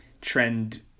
trend